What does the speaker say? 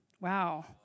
wow